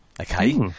Okay